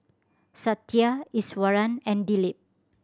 Satya Iswaran and Dilip